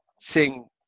sing